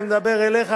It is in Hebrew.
אני מדבר אליך,